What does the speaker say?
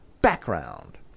background